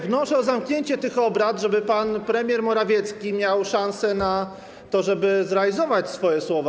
Wnoszę o zamknięcie obrad, żeby pan premier Morawiecki miał szansę na to, by zrealizować swoje słowa.